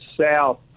south